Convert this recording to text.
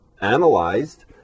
analyzed